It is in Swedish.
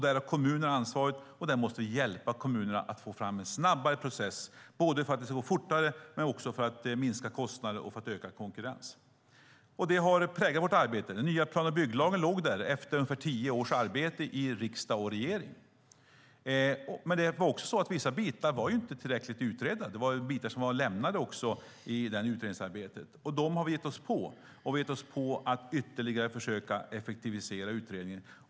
Där har kommunerna ansvaret, och vi måste hjälpa kommunerna att få fram en snabbare process, både för att det ska gå fortare och för att minska kostnaderna och öka konkurrensen. Detta har präglat vårt arbete. Den nya plan och bygglagen lades fram efter ungefär tio års arbete i riksdag och regering. Vissa bitar var dock inte tillräckligt utredda eller hade utelämnats i utredningsarbetet. Dem har vi gett oss på, och vi har gett oss på att ytterligare försöka effektivisera utredningen.